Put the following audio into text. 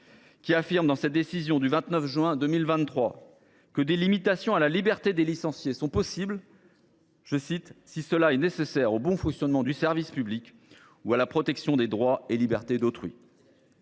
en outre, dans cette même décision, que des limitations à la liberté des licenciés sont possibles « si cela est nécessaire au bon fonctionnement du service public ou à la protection des droits et libertés d’autrui ».